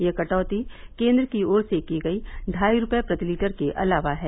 यह कटौती केंद्र की ओर से की गई ढाई रुपये प्रति लीटर के अलावा है